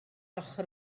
ochr